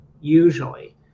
usually